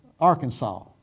Arkansas